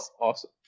awesome